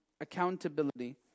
accountability